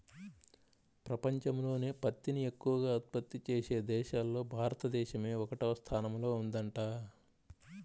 పెపంచంలోనే పత్తిని ఎక్కవగా ఉత్పత్తి చేసే దేశాల్లో భారతదేశమే ఒకటవ స్థానంలో ఉందంట